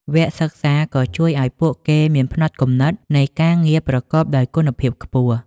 វគ្គសិក្សាក៏ជួយឱ្យពួកគេមានផ្នត់គំនិតនៃការងារប្រកបដោយគុណភាពខ្ពស់។